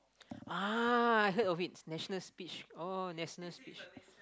ah I heard of it national speech oh national speech